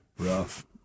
Rough